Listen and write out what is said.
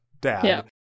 dad